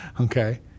Okay